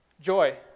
Joy